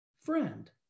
friend